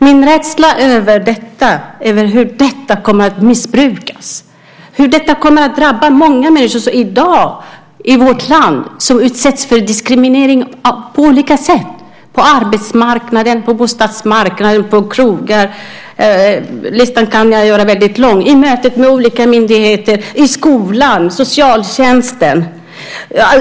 Min rädsla gäller hur detta kommer att missbrukas, hur detta kommer att drabba många människor i dag i vårt land som utsätts för diskriminering på olika sätt, på arbetsmarknaden, bostadsmarknaden eller krogar - listan kan jag göra väldigt lång - i mötet med olika myndigheter, i skolan, hos socialtjänsten.